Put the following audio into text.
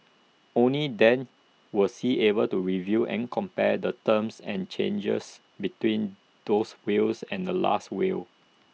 only then was he able to review and compare the terms and changes between those wills and the Last Will